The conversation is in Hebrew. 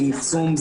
צמצום,